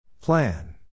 Plan